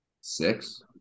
six